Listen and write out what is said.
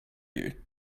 you